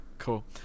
Cool